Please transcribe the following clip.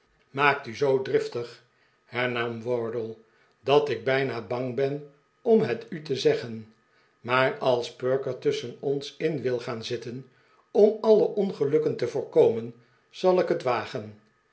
maakt u zoo driftig hernam wardle dat ik bijna bang ben om het u te zeggen maar als perker tusschen ons in wil gaan zitten om alle ongelukken te voorkomen zal ik het wagen